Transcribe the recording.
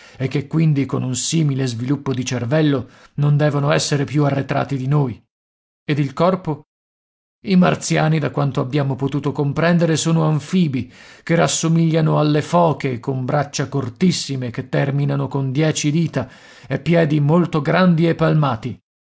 e che quindi con un simile sviluppo di cervello non devono essere più arretrati di noi ed il corpo i martiani da quanto abbiamo potuto comprendere sono anfibi che rassomigliano alle foche con braccia cortissime che terminano con dieci dita e piedi molto grandi e palmati